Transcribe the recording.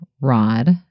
rod